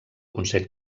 consell